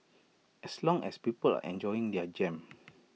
as long as people enjoying their jam